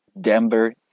Denver